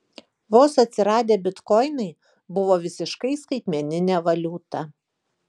vos atsiradę bitkoinai buvo visiškai skaitmeninė valiuta